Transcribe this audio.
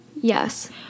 Yes